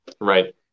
Right